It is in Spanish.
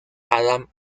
adam